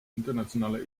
internationaler